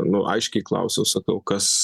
nu aiškiai klausiau sakiau kas